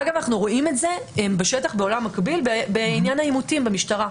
אנו רואים את זה בשטח בעולם מקביל בעניין העימותים במשטרה.